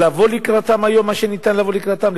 לבוא לקראתם היום כמה שניתן לבוא לקראתם,